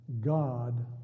God